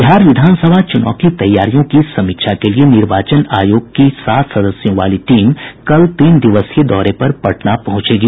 बिहार विधान सभा चुनाव की तैयारियों की समीक्षा के लिए निर्वाचन आयोग की सात सदस्यों वाली टीम कल तीन दिवसीय दौरे पर पटना पहुंचेगी